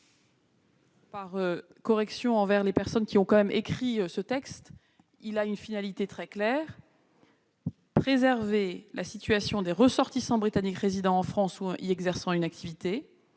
Par correction envers les personnes qui ont écrit ce texte, je veux souligner que sa finalité est très claire : préserver la situation des ressortissants britanniques résidant en France ou y exerçant une activité,